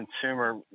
consumer